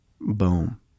Boom